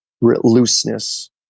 looseness